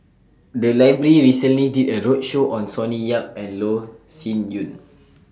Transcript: The Library recently did A roadshow on Sonny Yap and Loh Sin Yun